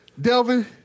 Delvin